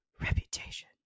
reputation